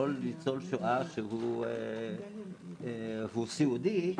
לכל ניצול שואה, שהוא סיעודי,